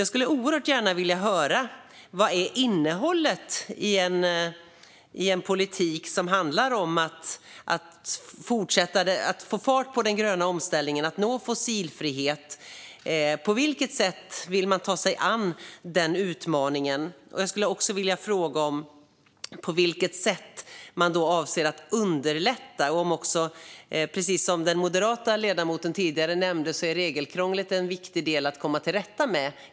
Jag skulle oerhört gärna vilja höra vad som är innehållet i en politik som handlar om att få fart på den gröna omställningen och nå fossilfrihet. På vilket sätt vill man ta sig an den utmaningen? Jag skulle också vilja fråga på vilket sätt man avser att underlätta. Precis som den moderata ledamoten tidigare nämnde är regelkrånglet en viktig del att komma till rätta med.